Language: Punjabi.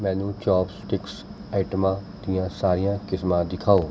ਮੈਨੂੰ ਚੋਪਸਟਿਕਸ ਆਈਟਮਾਂ ਦੀਆਂ ਸਾਰੀਆਂ ਕਿਸਮਾਂ ਦਿਖਾਓ